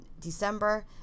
December